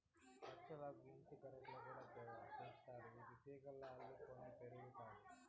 బచ్చలాకు ఇంటి పెరట్లో కూడా పెంచుతారు, ఇది తీగలుగా అల్లుకొని పెరుగుతాది